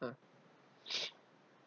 !huh!